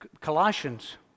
Colossians